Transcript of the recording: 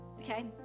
okay